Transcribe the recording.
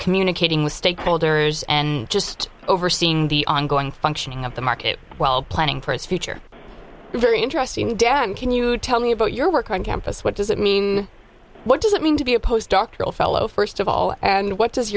communicating with stakeholders and just overseeing the ongoing functioning of the market while planning for its future very interesting can you tell me about your work on campus what does it mean what does it mean to be opposed doctoral fellow first of all and what does